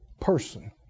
person